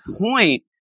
point